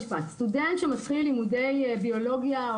סטודנט שמתחיל לימודי ביולוגיה,